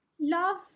love